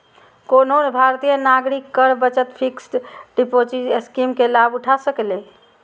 कोनो भारतीय नागरिक कर बचत फिक्स्ड डिपोजिट स्कीम के लाभ उठा सकैए